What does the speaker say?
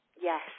yes